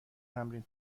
تمرین